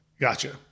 Gotcha